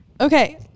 Okay